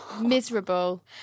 Miserable